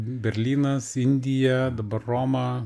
berlynas indija dabar roma